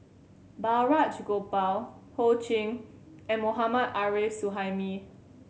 Balraj Gopal Ho Ching and Mohammad Arif Suhaimi